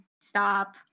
stop